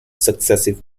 successive